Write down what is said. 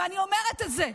ואני אומרת את זה,